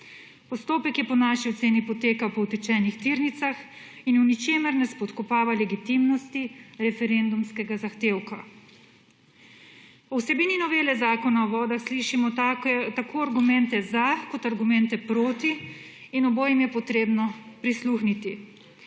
Postopek je po naši oceni potekal po utečenih tirnicah in v ničemer ne spodkopava legitimnosti referendumskega zahtevka. O vsebini novele Zakona o vodah slišimo tako argumente za kot argumente proti in obojim je potrebno prisluhniti.